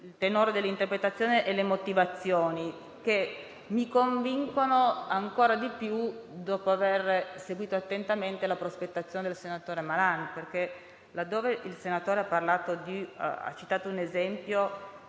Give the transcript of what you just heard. il tenore dell'interpretazione e le motivazioni, che mi convincono ancora di più dopo aver seguito attentamente la prospettazione del senatore Malan, laddove il senatore ha citato un esempio